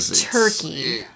turkey